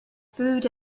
food